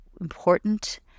important